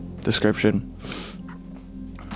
description